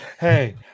Hey